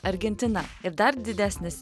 argentina ir dar didesnis